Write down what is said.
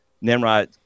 Nimrod